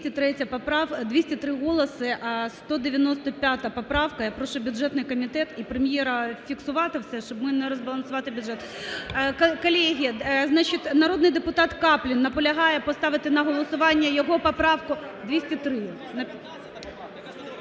203 голоси. 195 поправка, я прошу бюджетний комітет і Прем'єра фіксувати все, щоб ми не розбалансували бюджет. Колеги, народний депутат Каплін наполягає поставити на голосування його поправку 203.